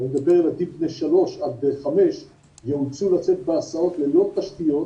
ואני מדבר על ילדים בני 3 עד 5 יאולצו לצאת בהסעות ללא תשתיות